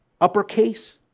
uppercase